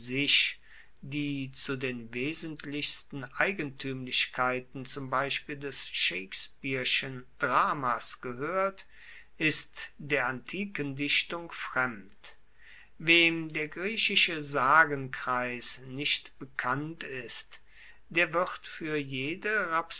die zu den wesentlichsten eigentuemlichkeiten zum beispiel des shakespeareschen dramas gehoert ist der antiken dichtung fremd wem der griechische sagenkreis nicht bekannt ist der wird fuer jede